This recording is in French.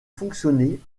fonctionner